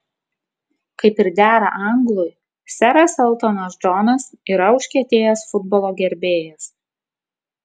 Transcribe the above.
kaip ir dera anglui seras eltonas džonas yra užkietėjęs futbolo gerbėjas